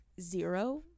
zero